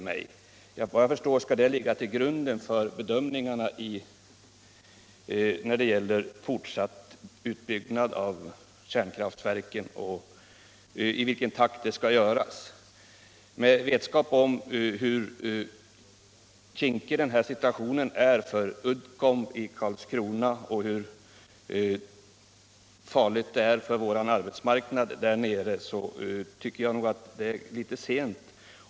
Såvitt jag förstår skall den ligga till grund för bedömningarna av i vilken takt den fortsatta utbyggnaden av kärnkraftverken skall ske. Med vetskap om hur kinkig situationen är för Uddcomb i Karlskrona och hur vår arbetsmarknad där nere ser ut tycker jag att det är litet sent.